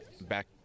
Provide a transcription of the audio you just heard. back